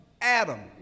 Adam